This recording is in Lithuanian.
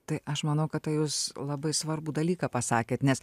tai aš manau kad tai jūs labai svarbų dalyką pasakėt nes